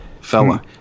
Fella